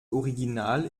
original